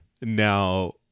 now